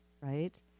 right